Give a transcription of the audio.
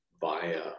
via